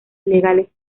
legales